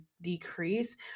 decrease